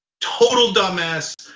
total dumbass.